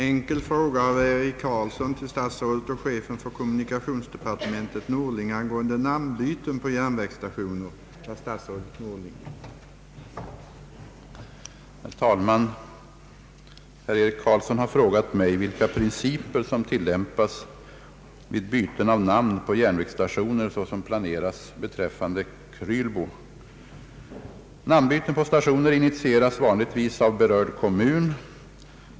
Herr talman! Herr Eric Carlsson har frågat mig vilka principer som tillämpas vid byten av namn på järnvägssta tioner, såsom planeras beträffande Krylbo. Namnbyten på stationer initieras vanligtvis av den berörda kommunen.